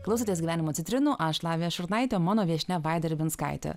klausotės gyvenimo citrinų aš lavija šurnaitė mano viešnia vaida ribinskaitė